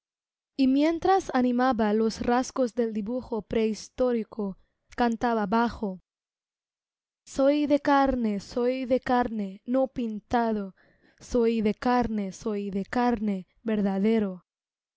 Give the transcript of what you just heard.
y mientras animaba los rasgos del dibujo prehistórico cantaba bajo soy de carne soy de carne no pintado soy de carne soy de carne verdadero